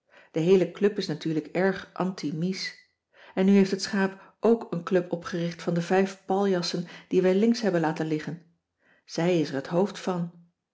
de heele club is natuurlijk erg anti mies en nu heeft het schaap ook een club opgericht van de vijf paljassen die wij links hebben laten liggen zij is er het hoofd van